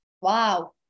Wow